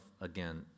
again